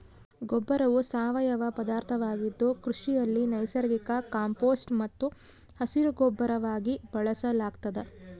ಗೊಬ್ಬರವು ಸಾವಯವ ಪದಾರ್ಥವಾಗಿದ್ದು ಕೃಷಿಯಲ್ಲಿ ನೈಸರ್ಗಿಕ ಕಾಂಪೋಸ್ಟ್ ಮತ್ತು ಹಸಿರುಗೊಬ್ಬರವಾಗಿ ಬಳಸಲಾಗ್ತದ